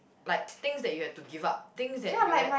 like things that you have to give up things that you had